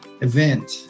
event